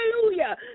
hallelujah